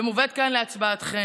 ומובאת כאן להצבעתכם.